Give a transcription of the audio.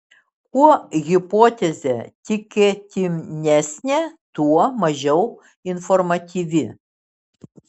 kuo hipotezė tikėtinesnė tuo mažiau informatyvi